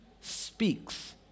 speaks